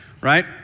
right